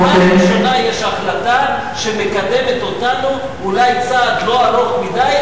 פעם ראשונה יש החלטה שמקדמת אותנו אולי צעד לא ארוך מדי,